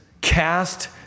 cast